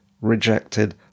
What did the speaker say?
rejected